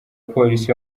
polisi